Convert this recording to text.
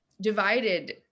divided